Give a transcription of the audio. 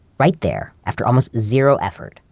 right there, after almost zero effort,